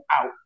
out